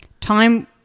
time